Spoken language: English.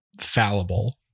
fallible